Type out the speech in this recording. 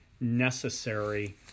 necessary